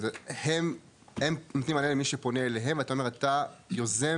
הם נותנים מענה למי שפונה אליהם ואתה אומר אתה יוזם.